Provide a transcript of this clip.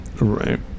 Right